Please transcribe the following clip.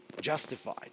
justified